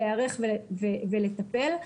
להיערך ולטפל.